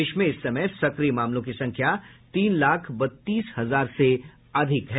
देश में इस समय सक्रिय मामलों की संख्या तीन लाख बत्तीस हजार से अधिक है